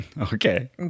Okay